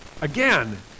Again